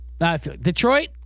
Detroit